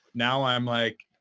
now i'm like,